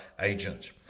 agent